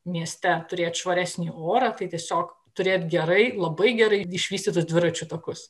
mieste turėt švaresnį orą tai tiesiog turėt gerai labai gerai išvystytus dviračių takus